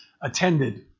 attended